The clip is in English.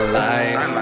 life